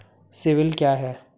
CIBIL क्या है?